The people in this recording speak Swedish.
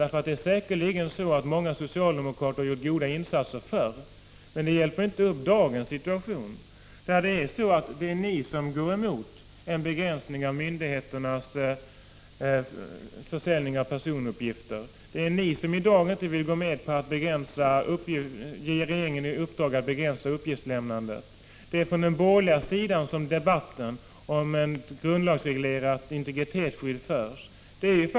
Många socialdemokrater har säkerligen gjort goda insatser förr, men det hjälper inte upp dagens situation. Det är ni som nu går emot en begränsning av myndigheternas försäljning av personuppgifter, det är ni som inte vill gå med på att ge regeringen i uppdrag att begränsa uppgiftslämnandet. Det är från den borgerliga sidan som debatten om ett grundlagsreglerat integritetsskydd förs.